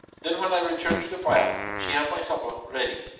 then when i return to the fire she have my supper ready.